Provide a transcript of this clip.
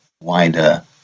wider